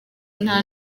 nta